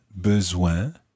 besoin